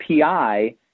PI